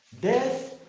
Death